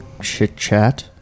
chit-chat